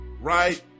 right